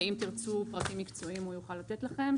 אם תרצו פרטים מקצועיים הוא יוכל לתת לכם,